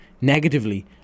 negatively